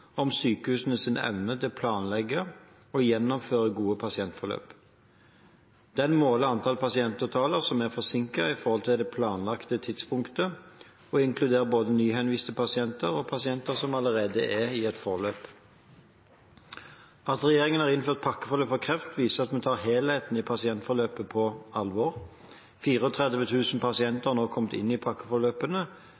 om sykehusenes evne til å planlegge og gjennomføre gode pasientforløp. Den måler antall pasientavtaler som er forsinket i forhold til det planlagte tidspunktet, og inkluderer både nyhenviste pasienter og pasienter som allerede er i et forløp. At regjeringen har innført pakkeforløp for kreft, viser at vi tar helheten i pasientforløpet på alvor. 34 000 pasienter